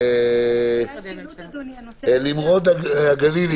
נמרוד הגלילי,